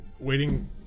waiting